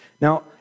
Now